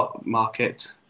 market